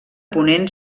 ponent